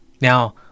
now